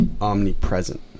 Omnipresent